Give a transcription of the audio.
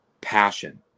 passion